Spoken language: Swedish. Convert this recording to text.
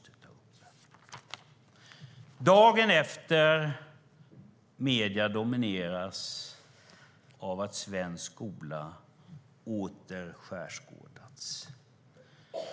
Det är dagen efter. Medierna domineras av att svensk skola åter skärskådats.